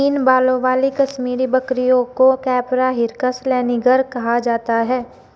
महीन बालों वाली कश्मीरी बकरियों को कैपरा हिरकस लैनिगर कहा जाता है